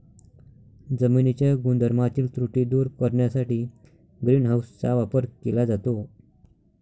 जमिनीच्या गुणधर्मातील त्रुटी दूर करण्यासाठी ग्रीन हाऊसचा वापर केला जातो